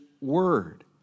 word